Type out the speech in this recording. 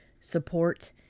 support